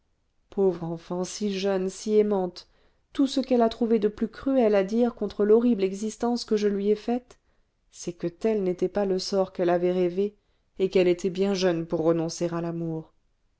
pauvre enfant si jeune si aimante tout ce qu'elle a trouvé de plus cruel à dire contre l'horrible existence que je lui ai faite c'est que tel n'était pas le sort qu'elle avait rêvé et qu'elle était bien jeune pour renoncer à l'amour